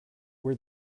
were